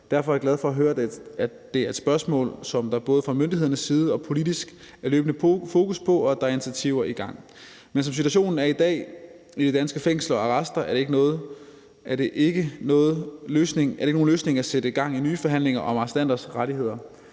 Derfor er jeg glad for at høre, at det er et spørgsmål, som der både fra myndighedernes side og politisk løbende er fokus på, og at der er initiativer i gang. Men som situationen er i dag i de danske fængsler og arrester, er det ikke nogen løsning at sætte gang i nye forhandlinger om arrestanters rettigheder.